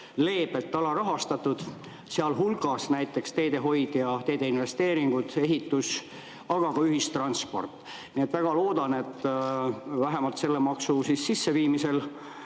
leebelt, alarahastatud, sealhulgas näiteks teehoid ja teeinvesteeringud, tee-ehitus, aga ka ühistransport. Nii et ma väga loodan, et vähemalt selle maksu sisseviimise